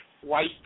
white